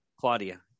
claudia